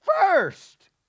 first